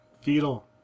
Fetal